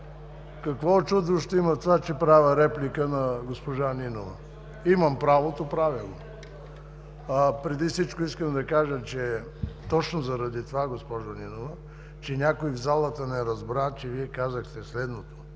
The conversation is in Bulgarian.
Какво учудващо има в това, че правя реплика на госпожа Нинова? Имам правото – правя я. Преди всичко искам да кажа, че точно заради това, госпожо Нинова, че някой в залата не разбра, че Вие казахте следното: